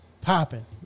Popping